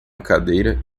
cadeira